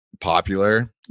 popular